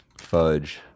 Fudge